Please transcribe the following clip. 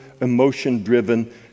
emotion-driven